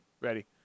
ready